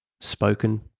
spoken